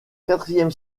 quatrième